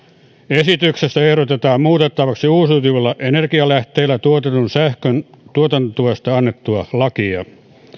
esityksessä ehdotetaan muutettavaksi uusiutuvilla energialähteillä tuotetun sähkön tuotantotuesta annettua lakia